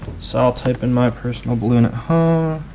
so i'll type in my personal balloon at